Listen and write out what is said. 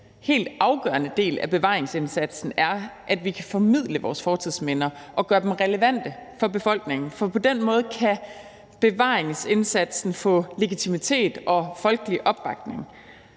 helt afgørende del af bevaringsindsatsen er, at vi kan formidle vores fortidsminder og gøre dem relevante for befolkningen, for på den måde kan bevaringsindsatsen få legitimitet og folkelig opbakning.